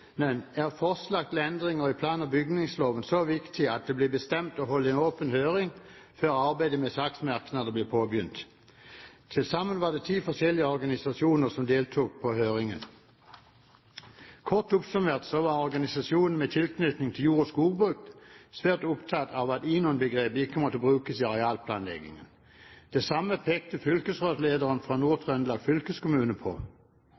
til endringer i plan- og bygningsloven så viktig at det ble bestemt å holde en åpen høring før arbeidet med saksmerknader ble påbegynt. Til sammen deltok ti forskjellige organisasjoner på høringen. Kort oppsummert så var organisasjonene med tilknytning til jord- og skogbruk svært opptatt av at INON-begrepet ikke måtte brukes i arealplanleggingen. Det samme pekte fylkesrådslederen fra Nord-Trøndelag fylkeskommune på.